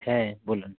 হ্যাঁ বলুন